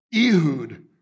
Ehud